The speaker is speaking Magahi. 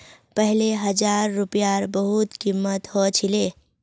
पहले हजार रूपयार बहुत कीमत ह छिले